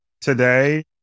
Today